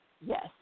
Yes